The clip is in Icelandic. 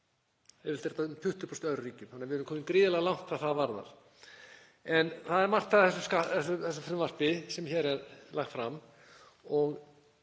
þannig við erum komin gríðarlega langt hvað það varðar. Það er margt að þessu frumvarpi sem hér er lagt fram. Ég